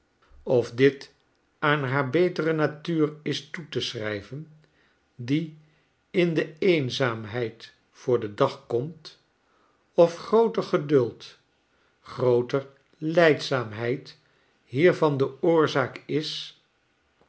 of dit aan haar betere natuur is toe teschrijven die in de eenzaamheid voor den dag komt of grooter geduld grooter lijdzaamheid hiervan de oorzaak is